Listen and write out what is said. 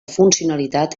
funcionalitat